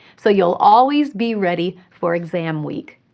so you'll always be ready for exam week.